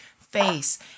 face